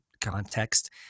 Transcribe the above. context